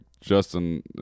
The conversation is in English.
Justin